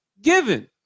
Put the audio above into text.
Given